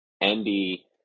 Andy